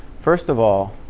first of all,